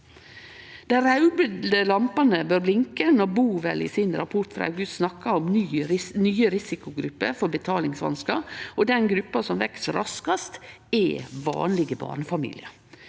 Dei raude lampene bør blinke når BOVEL i sin rapport frå august snakka om nye risikogrupper for betalingsvanskar. Den gruppa som veks raskast, er vanlege barnefamiliar.